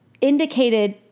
indicated